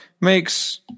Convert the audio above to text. makes